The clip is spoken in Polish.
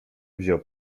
wziął